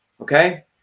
okay